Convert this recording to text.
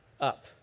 up